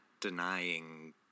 denying